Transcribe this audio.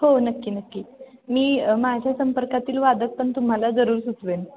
हो नक्की नक्की मी माझ्या संपर्कातील वादक पण तुम्हाला जरूर सुचवेन